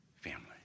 Family